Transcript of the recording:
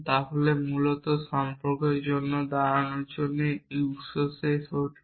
তাহলে মূলত সম্পর্কের জন্য দাঁড়ানোর উদ্দেশ্য তাই এই সেট কি